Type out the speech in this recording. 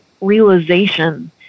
realization